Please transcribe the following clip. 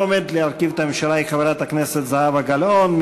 המועמדת להרכיב את הממשלה היא חברת הכנסת זהבה גלאון.